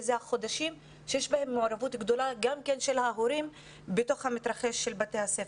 אלה החודשים שיש בהם מעורבות גדולה של ההורים במתרחש בבתי הספר.